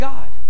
God